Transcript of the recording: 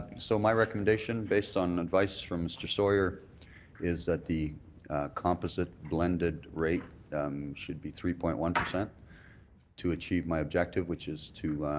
so my recommendation based on advice from mr. sawyer is that the composite blended right should be three point one. to achieve my objective which is to